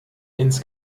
ins